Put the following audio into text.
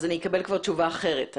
אני אקבל כבר תשובה אחרת.